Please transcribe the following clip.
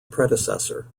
predecessor